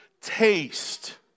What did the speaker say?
taste